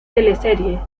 teleserie